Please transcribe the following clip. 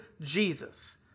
Jesus